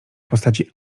postaci